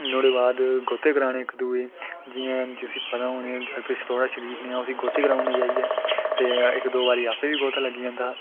ते नुहाड़े बाद गोत्ते कराने इक दूए ई जि'यां जिसी पता हून एह् थोह्ड़ा शरीफ नेहा उसी गोते कराई ओड़ने जाइयै ते इक दो बारी आपूं बी गोत्ता लग्गी जंदा हा